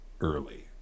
early